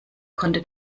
konnte